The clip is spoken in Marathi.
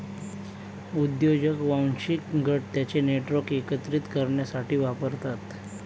उद्योजक वांशिक गट त्यांचे नेटवर्क एकत्रित करण्यासाठी वापरतात